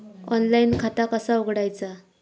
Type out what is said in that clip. Online खाता कसा उघडायचा?